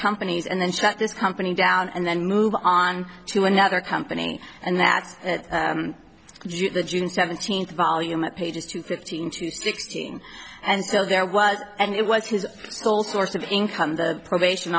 companies and then shut this company down and then move on to another company and that's the june seventeenth volume of pages two fifteen to sixteen and so there was and it was his sole source of income the probation